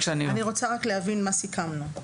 אני רוצה להבין מה סיכמנו.